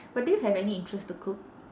but do you have any interest to cook